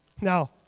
Now